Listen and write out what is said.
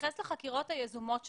בהתייחס לחקירות היזומות שלכם,